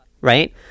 right